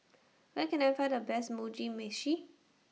Where Can I Find The Best Mugi Meshi